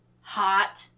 Hot